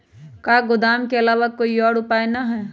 का गोदाम के आलावा कोई और उपाय न ह?